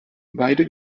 beide